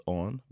on